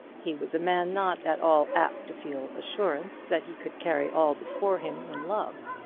he was a man not at all apt to feel assurance that he could carry all before him in love.